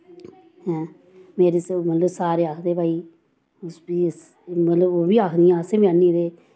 हं मेरी मतलव सारे आखदे भाई जिस बी मतलव ओह् बी आखदियां असेें बी आह्नी दे